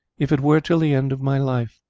if it were till the end of my life.